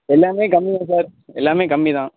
எல்லாமே கம்மி தான் சார் எல்லாமே கம்மி தான்